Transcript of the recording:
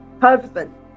Husband